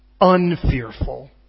unfearful